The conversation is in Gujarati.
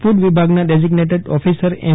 ફૂડ વિભાગના ડેઝિઝેટેડ ઓફિસર એમ